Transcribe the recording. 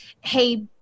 hey